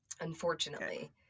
unfortunately